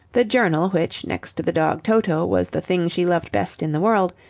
the journal which, next to the dog toto, was the thing she loved best in the world,